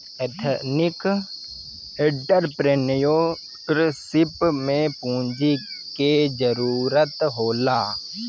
ethnic entrepreneurship में पूंजी के जरूरत होला